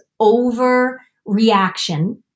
overreaction